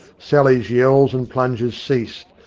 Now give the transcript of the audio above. sally's yells and plunges ceased,